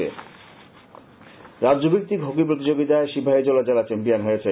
বাজ্যভিত্তিক hockey রাজ্যভিত্তিক hockey প্রতিযোগিতায় সিপাহীজলা জেলা চ্যাম্পিয়ন হয়েছে